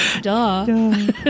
Duh